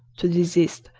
to desist,